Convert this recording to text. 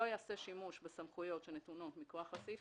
לא ייעשה שימוש בסמכויות שנתונות מכוח הסעיף